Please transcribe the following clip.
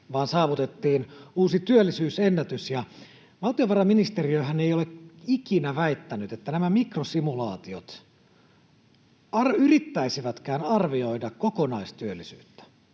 vaan saavutettiin uusi työllisyysennätys. Valtiovarainministeriöhän ei ole ikinä väittänyt, että nämä mikrosimulaatiot yrittäisivätkään arvioida kokonaistyöllisyyttä.